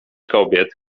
kobiet